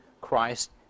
Christ